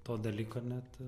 to dalyko net